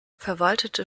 verwaltete